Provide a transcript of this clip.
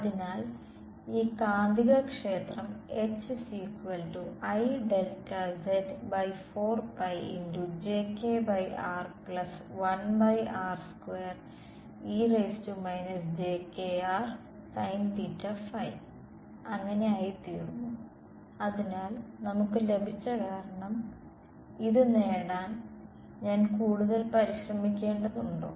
അതിനാൽ ഈ കാന്തികക്ഷേത്രം അങ്ങനെ ആയിത്തീരുന്നു അതിനാൽ നമുക്ക് ലഭിച്ച കാരണം ഇത് നേടാൻ ഞാൻ കൂടുതൽ പരിശ്രമിക്കേണ്ടതുണ്ടോ